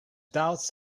doubts